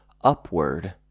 upward